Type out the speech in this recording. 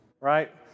right